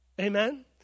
Amen